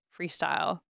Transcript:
freestyle